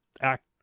act